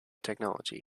technology